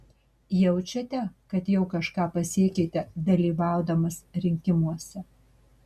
jaučiate kad jau kažką pasiekėte dalyvaudamas rinkimuose